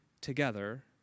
together